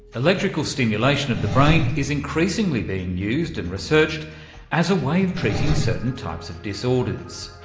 electrical stimulation of the brain is increasingly being used and researched as a way of treating certain types of disorders,